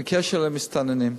בקשר למסתננים,